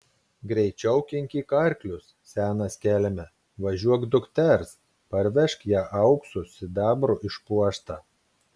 greičiau kinkyk arklius senas kelme važiuok dukters parvežk ją auksu sidabru išpuoštą